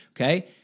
okay